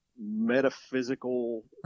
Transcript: metaphysical